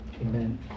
Amen